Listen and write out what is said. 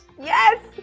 Yes